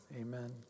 Amen